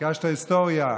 ביקשת היסטוריה.